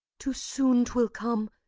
too soon twill come,